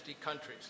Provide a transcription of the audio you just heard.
countries